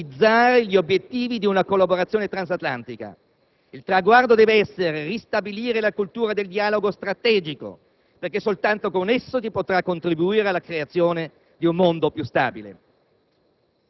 In questo assai complesso campo della sicurezza l'Alleanza Atlantica non è ancora riuscita ad elaborare una nuova strategia in grado di fronteggiare queste nuove sfide e le attuali minacce globali.